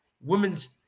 women's